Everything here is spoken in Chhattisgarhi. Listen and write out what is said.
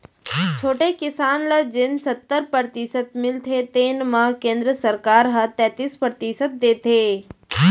छोटे किसान ल जेन सत्तर परतिसत मिलथे तेन म केंद्र सरकार ह तैतीस परतिसत देथे